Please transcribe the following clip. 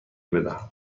بدهم